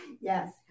Yes